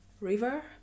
river